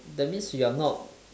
that means you are not